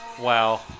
Wow